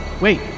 wait